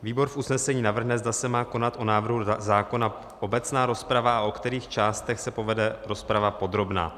Výbor v usnesení navrhne, zda se má konat o návrhu zákona obecná rozprava a o kterých částech se povede rozprava podrobná.